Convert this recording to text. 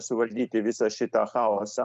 suvaldyti visą šitą chaosą